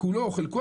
כולו או חלקו,